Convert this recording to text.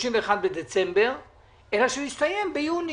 ב-31 בדצמבר אלא שהוא יסתיים ביוני.